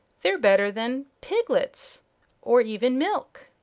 they're better than piglets or even milk!